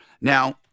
Now